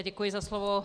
Děkuji za slovo.